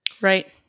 Right